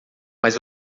mas